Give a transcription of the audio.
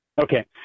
Okay